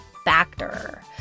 Factor